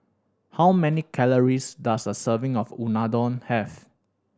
how many calories does a serving of Unadon have